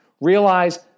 realize